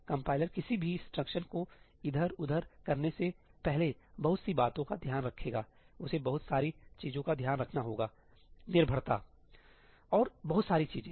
compiler किसी भी instruction को इधर उधर करने से पहले बहुत सी बातों का ध्यान रखेगा उसे बहुत सारी चीजों का ध्यान रखना होगा निर्भरता सही और बहुत सारी चीजें